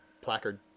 placard